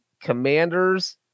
Commanders